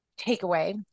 takeaway